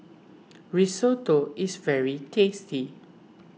Risotto is very tasty